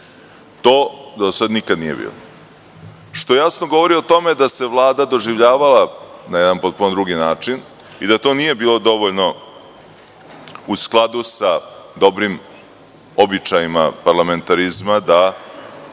To do sada nikad nije bilo, što jasno govori o tome da se Vlada doživljavala na jedan potpuno drugi način i da to nije bilo dovoljno u skladu sa dobrim običajima parlamentarizma, da